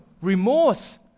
remorse